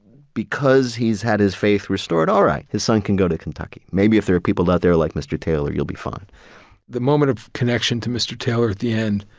because he's had his faith restored, all right, his son can go to kentucky. maybe if there are people out there like mr. taylor, you'll be fine. david the moment of connection to mr. taylor at the end,